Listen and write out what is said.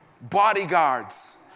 bodyguards